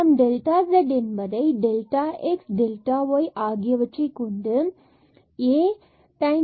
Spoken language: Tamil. நம்மால் டெல்டா z என்பதை delta delta x delta delta y ஆகியவற்றை கொண்டு a